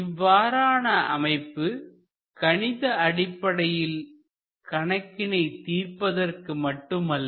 இவ்வாறான அமைப்பு கணித அடிப்படையில் கணக்கினை தீர்ப்பதற்கு மட்டுமல்ல